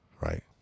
right